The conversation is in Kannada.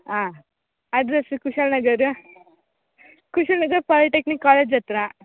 ಹಾಂ address Kushalnagar Kushalnagar polytechnic college ಹತ್ರ